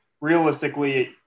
Realistically